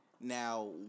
now